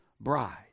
bride